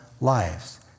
lives